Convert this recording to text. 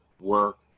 work